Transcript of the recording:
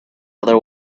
other